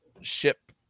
Ship